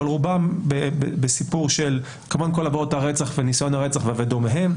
אבל רובן בסיפור של כמובן כל העבירות הרצח וניסיון לרצח ודומיהם,